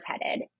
headed